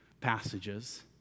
passages